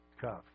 cuff